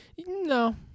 No